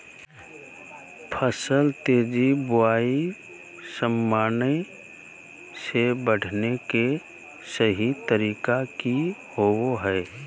फसल तेजी बोया सामान्य से बढने के सहि तरीका कि होवय हैय?